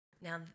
Now